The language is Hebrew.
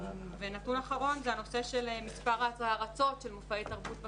נתון אחרון זה הנושא של מספר ההרצות של מופעי תרבות בפריפריה,